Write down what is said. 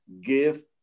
give